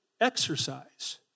exercise